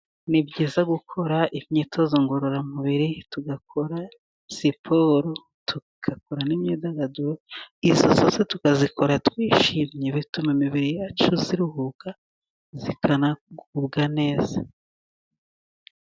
Ni byiza gukora imyitozo ngororamubiri, tugakora siporo tugakora n' imyidagaduro, izo zose tukazikora twishimye bituma imibiri yacu iruhuka ikanagubwa neza.